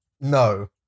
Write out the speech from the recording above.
no